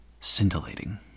scintillating